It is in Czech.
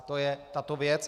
To je tato věc.